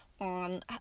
On